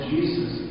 Jesus